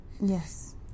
yes